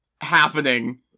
happening